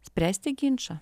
spręsti ginčą